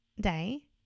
day